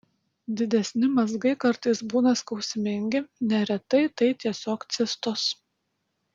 didesni mazgai kartais būna skausmingi neretai tai tiesiog cistos